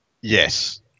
Yes